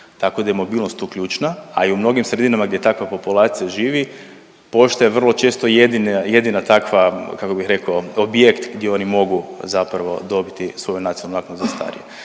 tako da je mobilnost tu ključna, a i u mnogim sredinama gdje takva populacija živi pošta je vrlo često jedina takva kako bih rekao objekt gdje oni mogu zapravo dobiti svoju nacionalnu naknadu za starije.